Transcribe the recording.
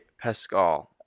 Pascal